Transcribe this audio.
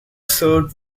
served